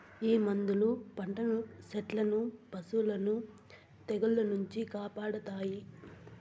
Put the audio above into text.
ఈ మందులు పంటలను సెట్లను పశులను తెగుళ్ల నుంచి కాపాడతాయి